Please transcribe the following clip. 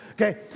Okay